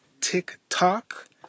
TikTok